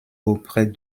auprès